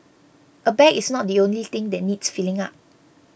a bag is not the only thing that needs filling up